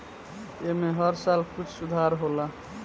ऐमे हर साल कुछ सुधार होला